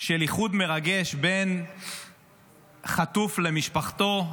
של איחוד מרגש בין חטוף למשפחתו,